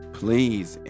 please